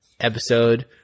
episode